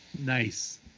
Nice